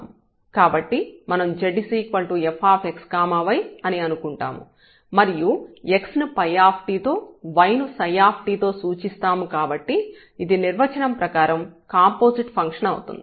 కాబట్టి మనం z fx y అని అనుకుంటాము మరియు x ను ∅t తో y ను t తో సూచిస్తాము కాబట్టి ఇది నిర్వచనం ప్రకారం కాంపోజిట్ ఫంక్షన్ అవుతుంది